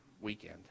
weekend